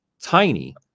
tiny